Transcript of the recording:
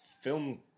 film